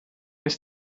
ist